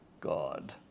God